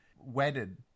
wedded